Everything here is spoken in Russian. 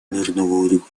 мирного